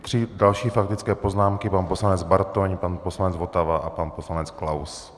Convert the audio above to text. Tři další faktické poznámky, pan poslanec Bartoň, pan poslanec Votava a pan poslanec Klaus.